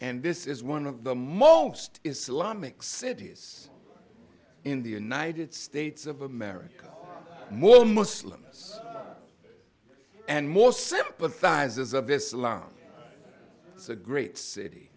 and this is one of the most islamic cities in the united states of america more muslims and more sympathizers of islam it's a great city